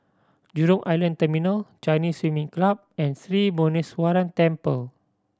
Jurong Island Terminal Chinese Swimming Club and Sri Muneeswaran Temple